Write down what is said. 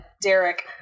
Derek